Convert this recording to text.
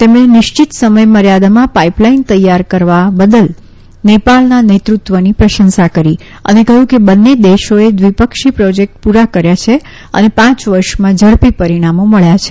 તેમણે નિશ્ચિત સમયમર્યાદામાં પાઇપલાઇન તૈયાર કરવા બદલ નેપાળના નેતૃત્વની પ્રશંસા કરી અને કહ્યું કે બંને દેશોએ દ્વિપક્ષી પ્રોજેક્ટ પૂરા કર્યા છે અને પાંચ વર્ષમાં ઝડપી પરિણામો મળ્યાં છે